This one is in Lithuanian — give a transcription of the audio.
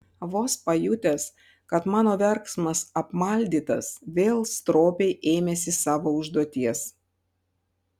vos pajutęs kad mano verksmas apmaldytas vėl stropiai ėmėsi savo užduoties